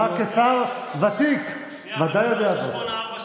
אתה כשר ותיק ודאי יודע זאת.